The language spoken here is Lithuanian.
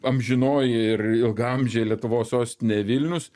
amžinoji ir ilgaamžė lietuvos sostinė vilnius